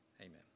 Amen